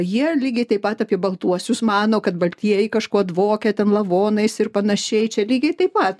jie lygiai taip pat apie baltuosius mano kad baltieji kažkuo dvokia ten lavonais ir panašiai čia lygiai taip pat